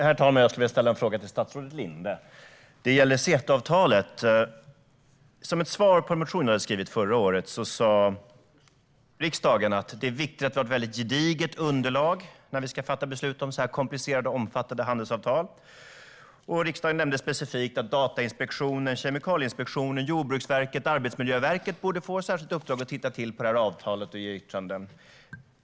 Herr talman! Jag skulle vilja ställa en fråga till statsrådet Ann Linde om CETA-avtalet. Som ett svar från riksdagen på en motion som jag skrev förra året sas det att det är viktigt att vi har ett mycket gediget underlag när vi ska fatta beslut om så komplicerade och omfattande handelsavtal. Det sades specifikt att Datainspektionen, Kemikalieinspektionen, Jordbruksverket och Arbetsmiljöverket borde få ett särskilt uppdrag att titta på detta avtal och ge yttranden.